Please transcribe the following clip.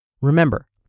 Remember